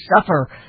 suffer